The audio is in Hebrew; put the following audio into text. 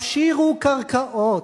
הפשירו קרקעות,